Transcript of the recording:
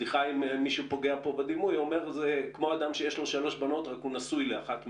הוא אומר שזה כמו אדם שיש לו שלוש בנות והוא נשוי לאחת מהן.